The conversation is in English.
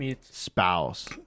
spouse